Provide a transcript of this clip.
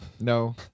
No